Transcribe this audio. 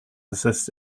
assist